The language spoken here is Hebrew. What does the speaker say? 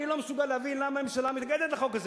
אני לא מסוגל להבין למה הממשלה מתנגדת לחוק הזה.